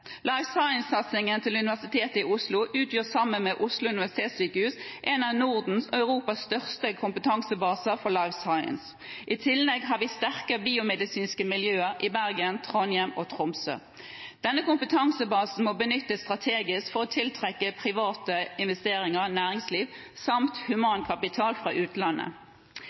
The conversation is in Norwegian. science-satsingen til Universitetet i Oslo utgjør sammen med Oslo universitetssykehus en av Nordens og Europas største kompetansebaser for «life science». I tillegg har vi sterke biomedisinske miljøer i Bergen, Trondheim og Tromsø. Denne kompetansebasen må benyttes strategisk for å tiltrekke private investeringer og næringsliv samt human kapital fra utlandet.